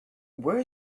where